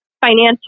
financial